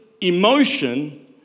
emotion